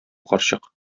карчык